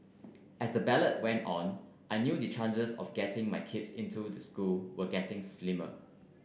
as the ballot went on I knew the chances of getting my kids into the school were getting slimmer